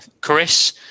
Chris